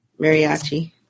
Mariachi